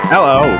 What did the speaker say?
Hello